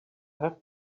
have